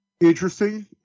interesting